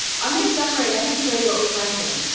i'm going to jump right in and show you what we have here.